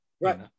Right